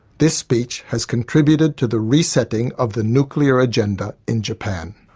this speech has contributed to the resetting of the nuclear agenda in japan.